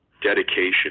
dedication